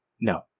No